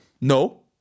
No